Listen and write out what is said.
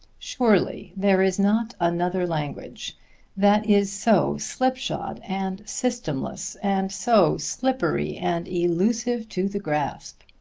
surely there is not another language that is so slipshod and systemless, and so slippery and elusive to the grasp.